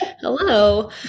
Hello